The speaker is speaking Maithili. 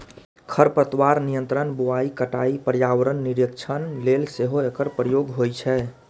खरपतवार नियंत्रण, बुआइ, कटाइ, पर्यावरण निरीक्षण लेल सेहो एकर प्रयोग होइ छै